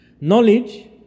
Knowledge